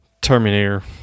Terminator